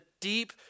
deep